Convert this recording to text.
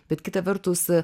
bet kita vertus